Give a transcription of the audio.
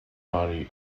body